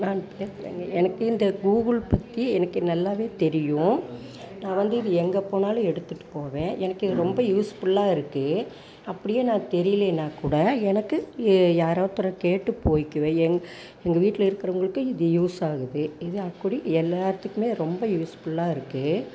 நான் எனக்கு இந்த கூகுள் பற்றி எனக்கு நல்லாவே தெரியும் நான் வந்து இது எங்க போனாலும் எடுத்துட்டு போவேன் எனக்கு இது ரொம்ப யூஸ்ஃபுல்லா இருக்குது அப்படியே நான் தெரியலைனாக்கூட எனக்கு யாரா ஒருத்தர கேட்டு போய்கிவன் எங் எங்கள் வீட்டில் இருக்கிறவங்களுக்கு இது யூஸ் ஆகுது இது ஆக்குலி எல்லார்துக்குமே ரொம்ப யூஸ்ஃபுல்லா இருக்குது